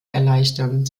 erleichtern